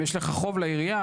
אם יש לך חוב לעירייה,